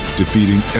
defeating